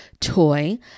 Toy